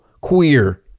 queer